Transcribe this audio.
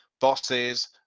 bosses